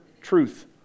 truth